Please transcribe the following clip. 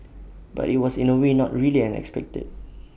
but IT was in A way not really unexpected